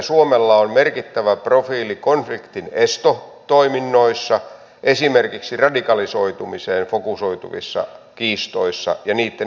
aivan kuin tämä ei vielä riittäisi hallitus leikkaa myös työpajatoiminnan ja etsivän nuorisotyön rahoitusta